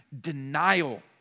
denial